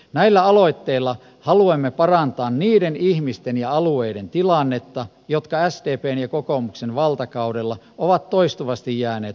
näillä aloitteilla haluamme parantaa niiden ihmisten ja alueiden tilannetta jotka sdpn ja kokoomuksen valtakaudella ovat toistuvasti jääneet mopen osille